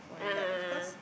a'ah a'ah a'ah